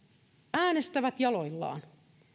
äänestävät jaloillaan